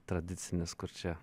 tradicinis kur čia